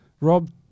Rob